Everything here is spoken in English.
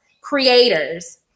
creators